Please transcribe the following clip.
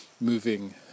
moving